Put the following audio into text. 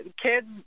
kids